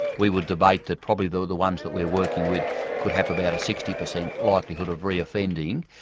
we would debate that probably the the ones that we're working with could have about a sixty percent likelihood of reoffending.